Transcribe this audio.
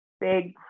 big